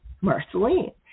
Marceline